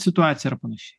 situaciją ar panašiai